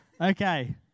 Okay